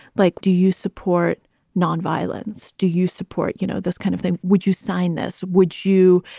like, do you support nonviolence? do you support, you know, this kind of thing? would you sign this? would you,